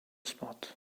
spot